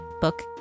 book